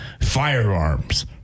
firearms